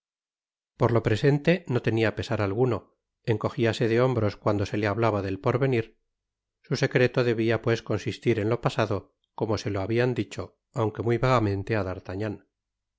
por lo presente no tenia pesar alguno encojiase de hombros cuando se le hablaba del porvenir su secreto debia pues consistir en lo pasado como se lo habian dicho aunque muy vagamente á